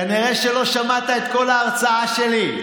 כנראה לא שמעת את כל ההרצאה שלי.